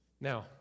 Now